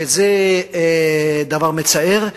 וזה דבר מצער.